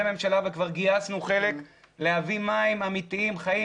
ממשלה וכבר גייסנו חלק להביא מים אמיתיים חיים.